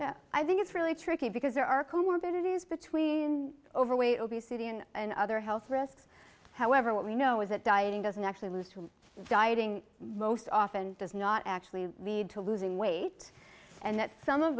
right i think it's really tricky because there are co morbidities between overweight obesity and other health risks however what we know is that dieting doesn't actually lose to dieting most often does not actually lead to losing weight and that some of